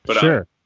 Sure